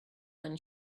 than